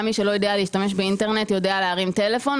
גם מי שלא יודע להשתמש באינטרנט יודע להרים טלפון,